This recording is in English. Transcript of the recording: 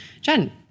Jen